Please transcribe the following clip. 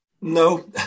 No